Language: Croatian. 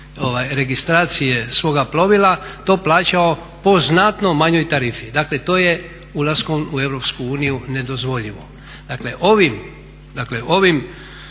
registracije svoga plovila to plaćao po znatno manjoj tarifi. Dakle, to je ulaskom u EU nedozvoljivo. Dakle, ovim